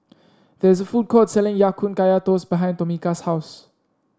there is a food court selling Ya Kun Kaya Toast behind Tomika's house